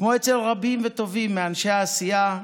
כמו אצל רבים וטובים מאנשי העשייה,